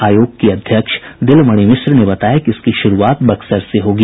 आयोग की अध्यक्ष दिलमणि मिश्र ने बताया कि इसकी शुरूआत बक्सर से होगी